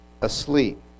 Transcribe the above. asleep